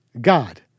God